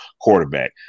quarterback